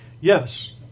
yes